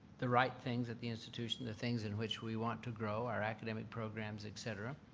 the right things at the institution the things in which we want to grow, our academic programs, etc,